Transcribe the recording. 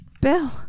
Bill